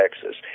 Texas